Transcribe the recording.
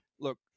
look